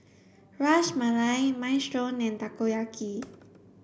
Ras Malai Minestrone and Takoyaki